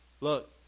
Look